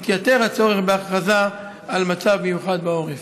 התייתר הצורך בהכרזה על מצב מיוחד בעורף.